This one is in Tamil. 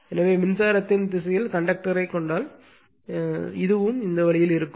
எனவே மின்சாரத்தின் திசையில் கண்டக்டரை கொண்டால் இதுவும் இந்த வழியில் இருக்கும்